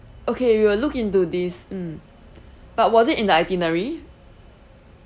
okay we will look into this mm but was it in the itinerary